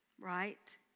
right